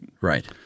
Right